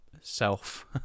self